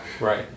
right